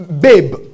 babe